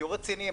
תהיו רציניים.